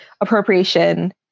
appropriation